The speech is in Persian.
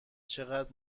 چقدر